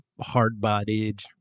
hard-bodied